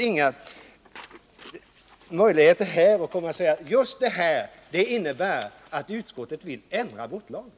Men det finns väl därför inga skäl att säga att just det innebär att utskottet vill ändra på abortlagen.